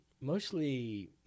mostly